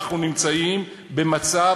אנחנו נמצאים במצב,